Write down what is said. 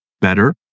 better